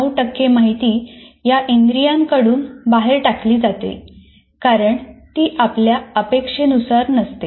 9 टक्के माहिती या इंद्रियांकडून बाहेर टाकली जाते कारण ती आपल्या अपेक्षेनुसार नसते